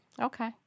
Okay